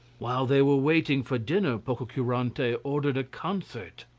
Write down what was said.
while they were waiting for dinner pococurante ordered a concert.